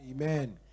Amen